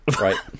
Right